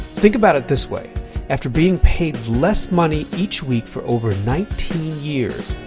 think about it this way after being paid less money each week for over nineteen years,